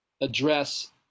address